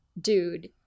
dude